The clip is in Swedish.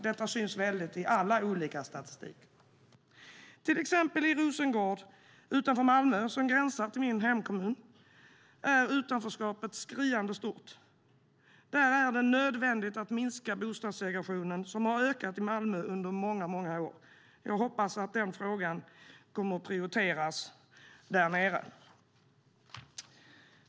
Detta syns tydligt i all statistik. Till exempel i Rosengård utanför Malmö som gränsar till min hemkommun är utanförskapet skriande stort. Där är det nödvändigt att minska bostadssegregationen, som har ökat i Malmö under många år. Jag hoppas att den frågan kommer att prioriteras där nere.